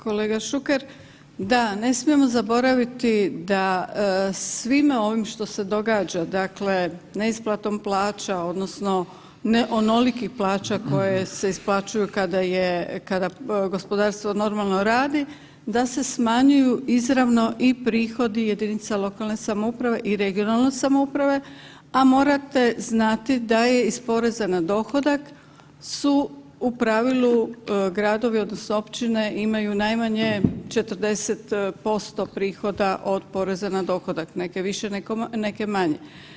Kolega Šuker, da ne smije zaboraviti da svime ovim što se događa, dakle neisplatom plaća odnosno ne onolikih plaća koje se isplaćuju kada je, kada gospodarstvo normalno radi, da se smanjuju izravno i prihodi jedinica lokalne samouprave i regionalne samouprave, a morate znati da je iz poreza na dohodak su u pravilu gradovi odnosno općine imaju najmanje 40% prihoda od poreza na dohodak, neke više, neke manje.